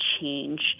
change